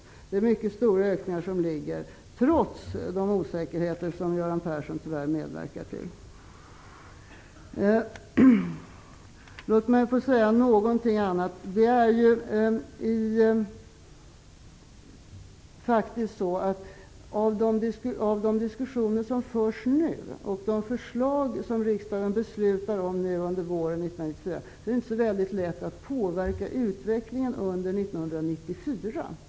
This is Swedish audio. Det handlar om mycket stora ökningar, trots de osäkerheter som Göran Persson tyvärr medverkar till. Utifrån de diskussioner som nu förs och de förslag som riksdagen skall besluta om under våren 1994 är det inte särskilt lätt att påverka utvecklingen under 1994.